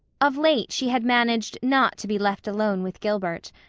of late she had managed not to be left alone with gilbert.